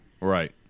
Right